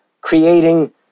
creating